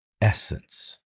essence